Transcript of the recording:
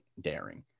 daring